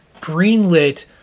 greenlit